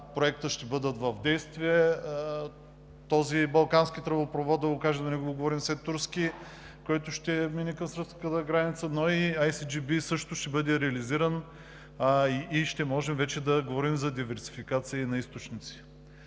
проекта ще бъдат в действие – този балкански тръбопровод да го кажем, да не го говорим все турски, който ще мине към сръбската граница, но и АйСиДжиБи също бъде реализиран. Можем вече да говорим за диверсификация и на източници.